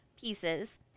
pieces